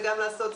וגם לעשות,